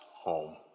home